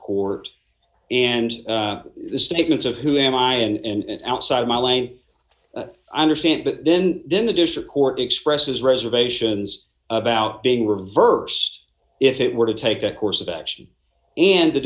court and the statements of who am i and outside of my lane i understand but then then the dish of court expresses reservations about being reverse if it were to take a course of action and the